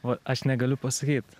va aš negaliu pasakyt